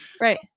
Right